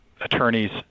attorneys